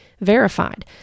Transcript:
verified